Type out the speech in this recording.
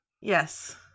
yes